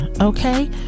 okay